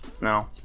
no